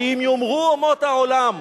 שאם יאמרו אומות העולם,